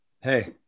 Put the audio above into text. Hey